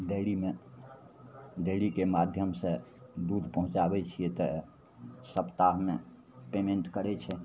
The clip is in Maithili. डेअरीमे डेअरीके माध्यमसे दूध पहुँचाबै छिए तऽ सप्ताहमे पेमेन्ट करै छै